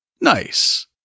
Nice